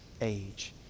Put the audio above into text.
age